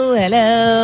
hello